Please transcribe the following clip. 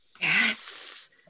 Yes